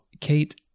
Kate